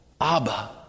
Abba